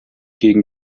gegen